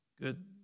good